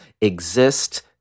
exist